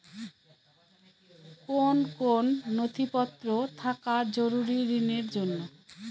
কোন কোন নথিপত্র থাকা জরুরি ঋণের জন্য?